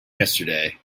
yesterday